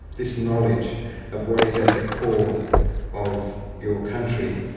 this knowledge of what is at the core of your country,